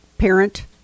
parent